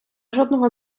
жодного